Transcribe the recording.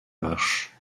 marches